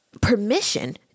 permission